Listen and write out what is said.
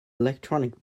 electronic